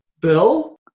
Bill